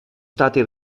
stati